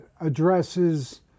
addresses